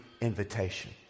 invitation